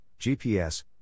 GPS